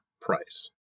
price